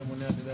ממונה אני מבין.